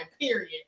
period